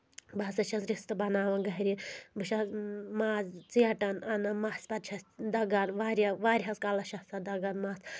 بہٕ ہسا چھَس رِستہٕ بناوان گرِ بہٕ چھَس ماز ژیٹان اَنان مژھ پَتہٕ چھَس دگار واریاہ واریاہَس کَلَس چھَس سۄ دگان مَژھ